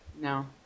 No